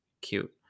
cute